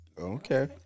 Okay